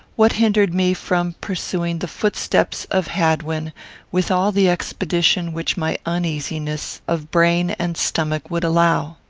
what hindered me from pursuing the footsteps of hadwin with all the expedition which my uneasiness, of brain and stomach, would allow?